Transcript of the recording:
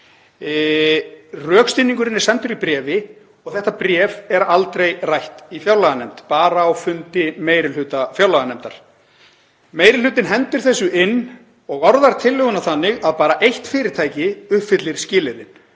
Rökstuðningurinn er sendur í bréfi og þetta bréf er aldrei rætt í fjárlaganefnd, bara á fundi meiri hluta fjárlaganefndar. Meiri hlutinn hendir þessu inn og orðar tillöguna þannig að bara eitt fyrirtæki uppfyllir skilyrðin.